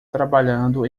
trabalhando